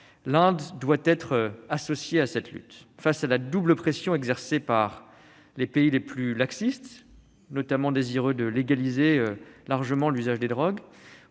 L'Inde doit être associée à cette lutte. Face à la double pression exercée par les pays les plus laxistes, désireux notamment de légaliser largement l'usage des drogues,